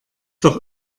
doch